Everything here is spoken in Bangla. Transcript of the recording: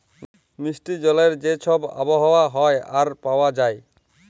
মিষ্টি জলের যে ছব আবহাওয়া হ্যয় আর পাউয়া যায়